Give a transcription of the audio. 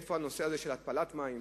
איפה הנושא הזה של התפלת מים?